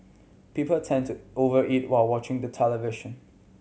people tend to over eat while watching the television